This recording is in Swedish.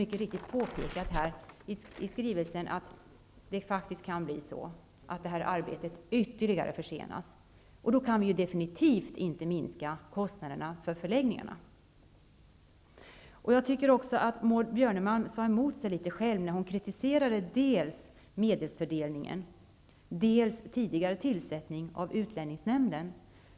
Man skriver mycket riktigt att det faktiskt kan bli så, att det här arbetet ytterligare försenas. Då kan vi definitivt inte dra ner på kostnaderna för förläggningarna. Jag tycker att Maud Björnemalm motsade sig själv litet grand. Hon kritiserade ju dels medelsfördelningen, dels tidigare tillsättning av utlänningsnämnden.